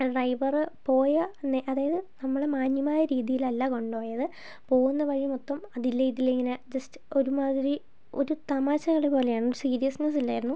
driver പോയ അതായത് നമ്മളെ മാന്യമായ രീതിയിലല്ല കൊണ്ടുപോയത് പോകുന്ന വഴിമൊത്തം അതിലെ ഇതിലെ ഇങ്ങനെ ജസ്റ്റ് ഒരുമാതിരി ഒരു തമാശകളിപോലെയാണ് സീരിയസ്നെസ്സ് ഇല്ലായിരുന്നു